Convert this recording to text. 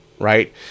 Right